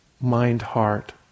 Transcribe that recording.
mind-heart